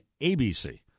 ABC